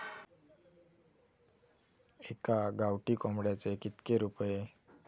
एका गावठी कोंबड्याचे कितके रुपये?